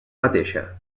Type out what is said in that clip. mateixa